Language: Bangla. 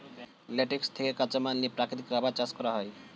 ল্যাটেক্স থেকে কাঁচামাল নিয়ে প্রাকৃতিক রাবার চাষ করা হয়